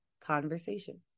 conversation